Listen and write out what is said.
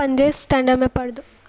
पंजे स्टैंडर्ड में पढ़ंदो आहे